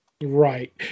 Right